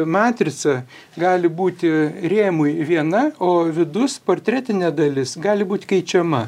matrica gali būti rėmui viena o vidus portretinė dalis gali būt keičiama